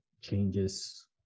changes